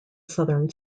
southern